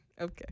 Okay